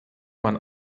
man